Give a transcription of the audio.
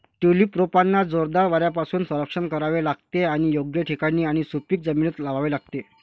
tulip रोपांना जोरदार वाऱ्यापासून संरक्षण करावे लागते आणि योग्य ठिकाणी आणि सुपीक जमिनीत लावावे लागते